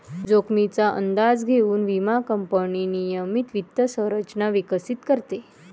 जोखमीचा अंदाज घेऊन विमा कंपनी नियमित वित्त संरचना विकसित करते